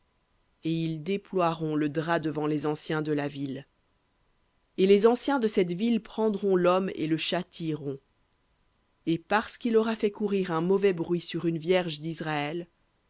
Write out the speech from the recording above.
et ils déploieront le drap devant les anciens de la ville et les anciens de cette ville prendront l'homme et le châtieront et parce qu'il aura fait courir un mauvais bruit sur une vierge d'israël